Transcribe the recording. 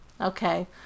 Okay